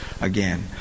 again